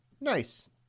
Nice